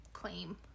claim